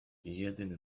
jedyny